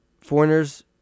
foreigners